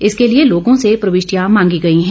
इसके लिए लोगों से प्रविष्ठियां मांगी गई हैं